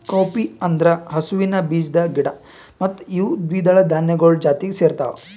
cowpea ಅಂದುರ್ ಹಸುವಿನ ಬೀಜದ ಗಿಡ ಮತ್ತ ಇವು ದ್ವಿದಳ ಧಾನ್ಯಗೊಳ್ ಜಾತಿಗ್ ಸೇರ್ತಾವ